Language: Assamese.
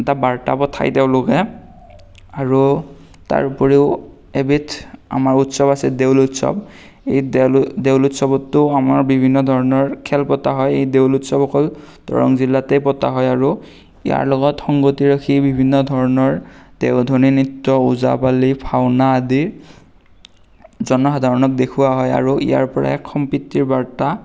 এটা বাৰ্তা পঠায় তেওঁলোকে আৰু তাৰ উপৰিও এবিধ আমাৰ উৎসৱ আছে দেউল উৎসৱ এই দেউল উৎসৱতো আমাৰ বিভিন্ন ধৰণৰ খেল পতা হয় এই দেউল উৎসৱ অকল দৰং জিলাতে পতা হয় আৰু ইয়াৰ লগত সংগতি ৰাখি বিভিন্ন ধৰণৰ দেওধনী নৃত্য ওজাপালি ভাওনা আদি জনসাধাৰণক দেখুওৱা হয় আৰু ইয়াৰ পৰা এক সম্প্ৰীতিৰ বাৰ্তা